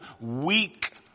weak